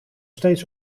steeds